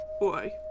Boy